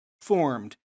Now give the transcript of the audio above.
formed